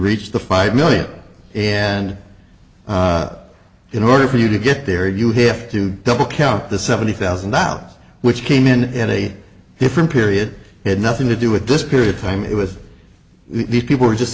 reach the five million and in order for you to get there you have to double count the seventy thousand out which came in in a different period had nothing to do with this period of time it with these people were just